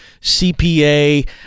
cpa